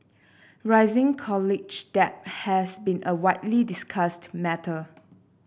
rising college debt has been a widely discussed matter